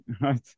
right